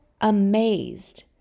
amazed